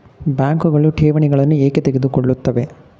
ಬ್ಯಾಂಕುಗಳು ಠೇವಣಿಗಳನ್ನು ಏಕೆ ತೆಗೆದುಕೊಳ್ಳುತ್ತವೆ?